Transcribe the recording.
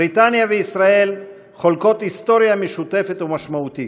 בריטניה וישראל חולקות היסטוריה משותפת ומשמעותית,